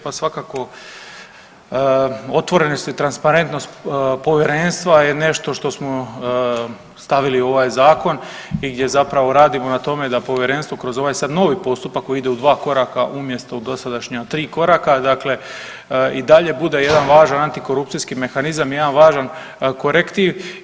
Pa svakako otvorenost i transparentnost povjerenstva je nešto što smo stavili u ovaj zakon i gdje zapravo radimo na tome da povjerenstvo kroz ovaj sad novi postupak koji u dva koraka umjesto u dosadašnja tri koraka, dakle i dalje bude jedan važan antikorupcijski mehanizam, jedan važan korektiv.